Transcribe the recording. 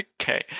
Okay